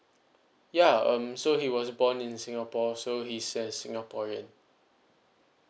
yeah um so he was born in singapore so he's a singaporean